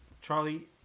Charlie